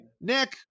nick